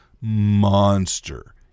Monster